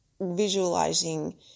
visualizing